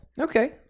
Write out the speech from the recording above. Okay